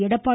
Edappadi